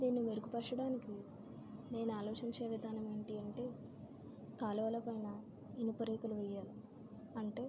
దీనిని మెరుగు పరచడానికి నేను ఆలోచించే విధానం ఏంటంటే కాలువల పైన ఇనుప రేకులు వేయాలి అంటే